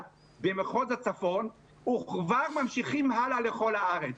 במחוז הצפון וכבר ממשיכים הלאה לכל הארץ.